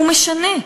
הוא משנה?